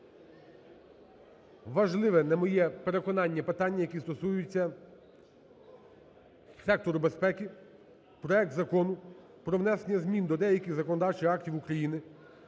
важливе, на моє переконання питання, які стосуються сектору безпеки проект Закону про внесення змін до деяких законодавчих актів України